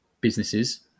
businesses